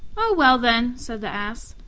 oh, well, then, said the ass,